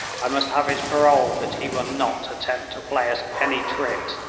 i must have his parole that he will not attempt to play us any tricks,